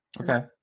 Okay